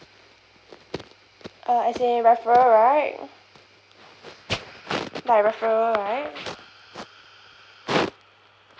uh as in referral right sorry referral right